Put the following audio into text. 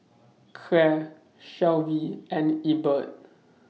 Claire Shelvie and Ebert